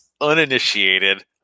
uninitiated